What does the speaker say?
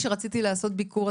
כשרציתי לעשות ביקור,